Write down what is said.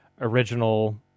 original